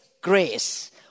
grace